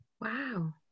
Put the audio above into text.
Wow